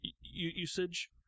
usage